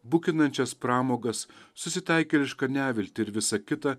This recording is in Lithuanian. bukinančias pramogas susitaikėlišką neviltį ir visa kita